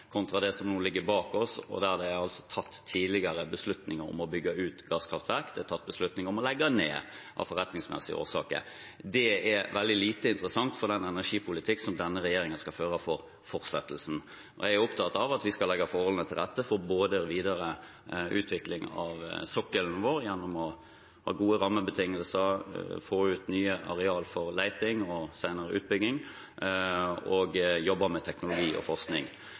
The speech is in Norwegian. kontra det som nå ligger bak oss. Det er altså tidligere tatt beslutninger om å bygge ut gasskraftverk, og det er tatt beslutninger om å legge dem ned av forretningsmessige årsaker. Det er veldig lite interessant for den energipolitikk som denne regjeringen skal føre i fortsettelsen. Jeg er opptatt av at vi skal legge forholdene til rette for både videreutvikling av sokkelen vår gjennom å ha gode rammebetingelser, få ut nye areal for leting og senere utbygging, og å jobbe med teknologi og forskning.